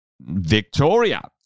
Victoria